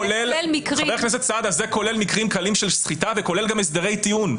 זה כולל מקרים קלים של סחיטה וכולל גם הסדרי טיעון.